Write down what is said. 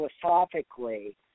philosophically